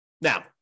Now